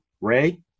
Ray